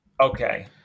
Okay